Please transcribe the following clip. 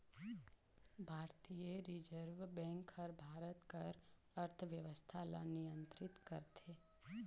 भारतीय reserve bank हर भारत कर अर्थबेवस्था ल नियंतरित करथे